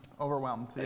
overwhelmed